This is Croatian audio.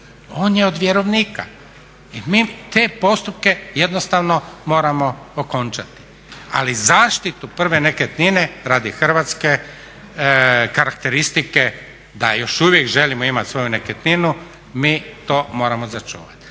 on je od vjerovnika. I mi te postupke jednostavno moramo okončati. Ali zaštitu prve nekretnine radi hrvatske karakteristike da još uvijek želimo imat svoju nekretninu, mi to moramo sačuvati.